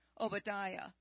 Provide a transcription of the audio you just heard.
Obadiah